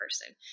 person